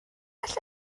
alla